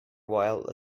while